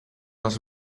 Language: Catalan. els